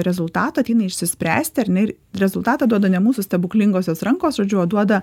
rezultatų ateina išsispręsti ar ne ir rezultatą duoda ne mūsų stebuklingosios rankos žodžiu o duoda